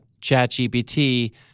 ChatGPT